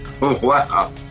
Wow